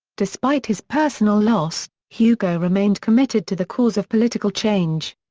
despite his personal loss, hugo remained committed to the cause of political change.